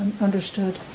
understood